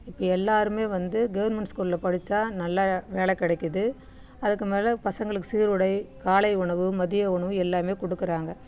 இப்போ எல்லோருமே வந்து கவர்மெண்ட் ஸ்கூலில் படித்தா நல்லா வேலை கிடைக்குது அதுக்கு மேலே பசங்களுக்கு சீருடை காலை உணவு மதிய உணவு எல்லாமே கொடுக்குறாங்க